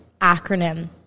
acronym